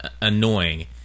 annoying